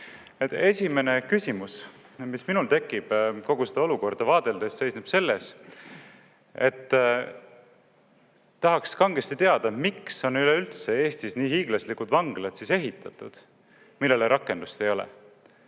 Esimene küsimus, mis minul tekib kogu seda olukorda vaadeldes, seisneb selles, et tahaks kangesti teada, miks on üleüldse Eestis nii hiiglaslikud vanglad ehitatud, millele rakendust ei ole.